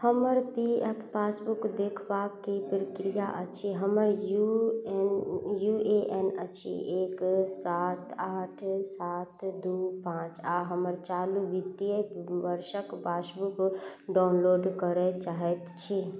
हमर P F passbook देखबाक कि प्रक्रिया अछि हमर U N U A N number अछि एक सात आठ सात दुइ पाँच आओर हम चालू वित्तीय वर्षके पासबुक डाउनलोड करै चाहै छी